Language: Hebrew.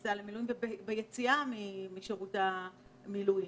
הכניסה למילואים וביציאה משירות המילואים.